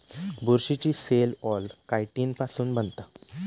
बुरशीची cell wall chitin पासुन बनता